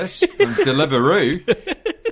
deliveroo